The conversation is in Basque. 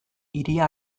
hiria